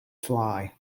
fly